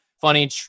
funny